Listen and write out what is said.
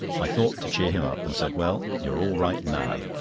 i thought to cheer him up, and said well, you are all right now?